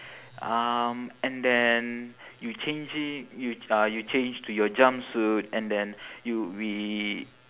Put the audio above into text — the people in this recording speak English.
um and then you change i~ you ch~ uh you change to your jumpsuit and then you we